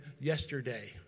yesterday